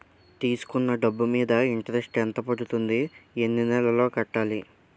తీసుకున్న డబ్బు మీద ఇంట్రెస్ట్ ఎంత పడుతుంది? ఎన్ని నెలలో కట్టాలి?